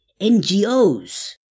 NGOs